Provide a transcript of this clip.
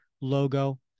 logo